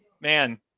Man